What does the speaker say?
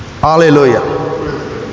Hallelujah